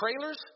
trailers